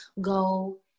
go